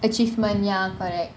achievement ya correct